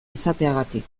izateagatik